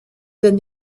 than